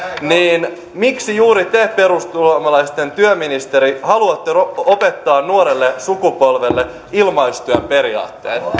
niin miksi juuri te perussuomalaisten työministeri haluatte opettaa nuorelle sukupolvelle ilmaistyön periaatteet